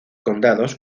condados